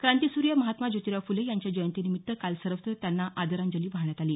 क्रांतीसूर्य महात्मा जोतिराव फुले यांच्या जयंतीनिमित्त काल सर्वत्र त्यांना आदरांजली वाहण्यात आली